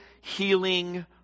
healing